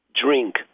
drink